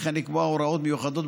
וכן לקבוע הוראות מיוחדות,